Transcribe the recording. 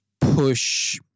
push